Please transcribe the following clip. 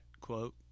quote